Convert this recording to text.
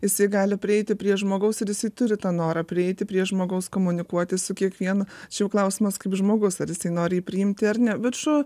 jisai gali prieiti prie žmogaus ir jisai turi tą norą prieiti prie žmogaus komunikuoti su kiekvienu čia jau klausimas kaip žmogus ar jisai nori jį priimti ar ne bet šuo